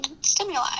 stimuli